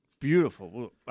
Beautiful